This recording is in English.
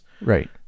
Right